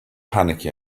panicky